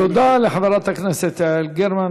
תודה לחברת הכנסת יעל גרמן.